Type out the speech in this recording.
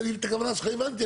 אז אני את הכוונה שלך הבנתי,